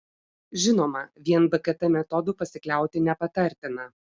žinoma vien bkt metodu pasikliauti nepatartina